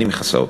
אני מכסה אותו.